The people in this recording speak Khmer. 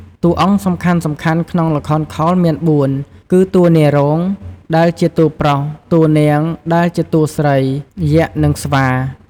តួអង្គសំខាន់ក្នុងល្ខោនខោលមានបួន គឺតួនាយរោង ដែលជា តួប្រុស, តួនាង ដែលជា តួស្រី, យក្ស និងស្វា។